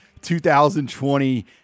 2020